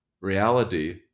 reality